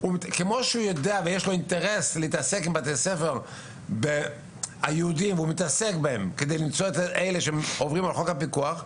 כמו שהמשרד יודע למצוא את בתי הספר היהודיים שעוברים על חוק הפיקוח,